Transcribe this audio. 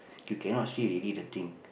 you cannot see already the thing